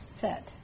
set